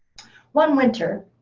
one winter,